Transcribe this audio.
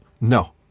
No